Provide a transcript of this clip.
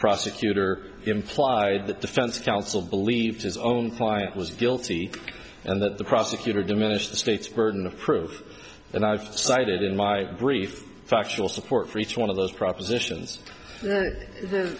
prosecutor implied that defense counsel believe his own client was guilty and that the prosecutor diminished the state's burden of proof and i've cited in my brief factual support for each one of those propositions the